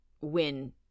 win